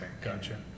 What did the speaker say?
gotcha